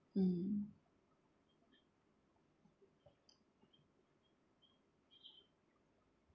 mm